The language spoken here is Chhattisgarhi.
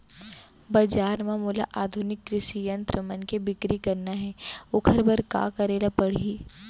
बजार म मोला आधुनिक कृषि यंत्र मन के बिक्री करना हे ओखर बर का करे ल पड़ही?